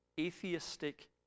atheistic